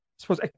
suppose